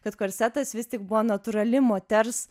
kad korsetas vis tik buvo natūrali moters